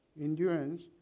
endurance